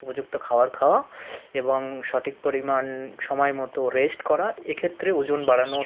উপযুক্ত খাবার খাওয়া এবং সঠিক পরিমাণ সময়মতো রেস্ট করা এক্ষেত্রে ওজন বাড়ানোর